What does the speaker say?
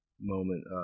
moment